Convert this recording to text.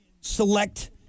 select